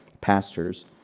pastors